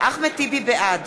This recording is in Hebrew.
בעד